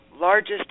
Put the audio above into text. largest